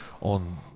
on